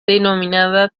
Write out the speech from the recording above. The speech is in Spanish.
denominada